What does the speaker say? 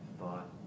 thought